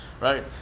Right